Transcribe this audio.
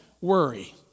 worry